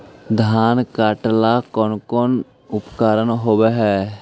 धान काटेला कौन कौन उपकरण होव हइ?